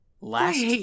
Last